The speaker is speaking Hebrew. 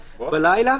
בלילה.